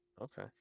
Okay